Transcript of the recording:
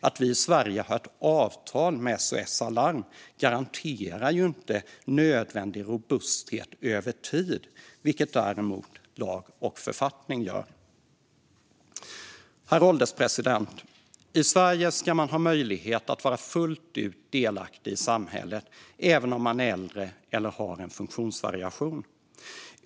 Att vi i Sverige har ett avtal med SOS Alarm garanterar inte nödvändig robusthet över tid, vilket däremot lag och författning gör. Herr ålderspresident! I Sverige ska man ha möjlighet att vara fullt ut delaktig i samhället även om man är äldre eller har en funktionsvariation.